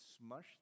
smush